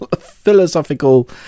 philosophical